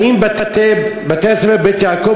האם בתי-הספר "בית-יעקב",